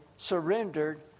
surrendered